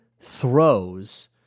throws